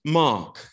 mark